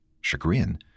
chagrin